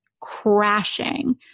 crashing